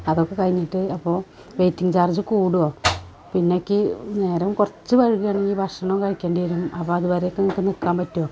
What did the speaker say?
അതൊക്കെ കഴിഞ്ഞിട്ട് അപ്പോൾ വെയ്റ്റിംഗ് ചാർജ് കൂടുമോ പിന്നെ എനിക്ക് നേരം കുറച്ച് വൈകുവാണെങ്കിൽ ഭക്ഷണം കഴിക്കേണ്ടി വരും അപ്പോൾ അത് വരെ ഒക്കെ നിങ്ങൾക്ക് നിൽക്കാൻ പറ്റുമോ